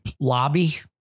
lobby